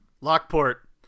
Lockport